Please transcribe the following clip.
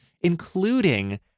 including